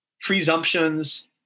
presumptions